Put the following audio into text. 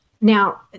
Now